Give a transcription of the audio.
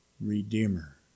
Redeemer